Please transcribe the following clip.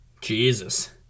Jesus